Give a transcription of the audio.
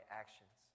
actions